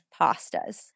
pastas